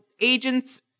agents